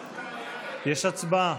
הצבעה.